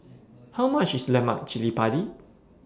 How much IS Lemak Cili Padi